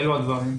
אלה הדברים.